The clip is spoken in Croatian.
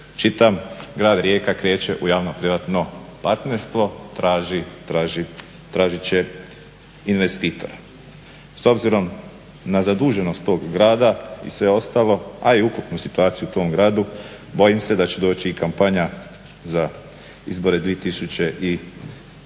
čitam grad Rijeka kreče u javno-privatno partnerstvo, tražit će investitora. S obzirom na zaduženost tog grada i sve ostalo, a i ukupnu situaciju u tom gradu bojim se da će doći i kampanja za izbore 2017.,